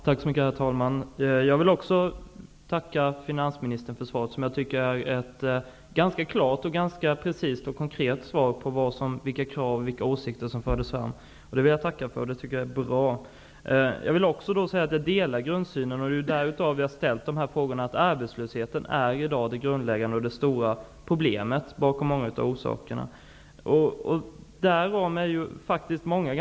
Herr talman! Jag vill också tacka finansministern för svaret, som jag tycker är ett ganska klart, precist och konkret svar på frågan vilka krav och åsikter som fördes fram. Det tycker jag var bra. Jag delar synen att arbetslösheten i dag är det grundläggande och stora problemet -- det är därför som jag har ställt frågan.